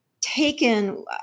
Taken